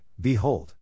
Behold